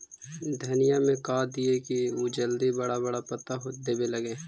धनिया में का दियै कि उ जल्दी बड़ा बड़ा पता देवे लगै?